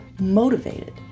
motivated